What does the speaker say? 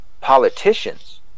politicians